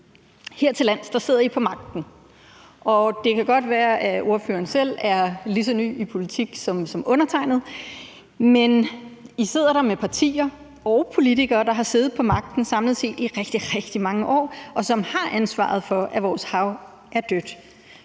Hertillands sidder I på magten, og det kan godt være, at ordføreren selv er lige så ny i politik som undertegnede, men I sidder der med partier og politikere, der har siddet på magten samlet set i rigtig, rigtig mange år, og som har ansvaret for, at vores hav er dødt.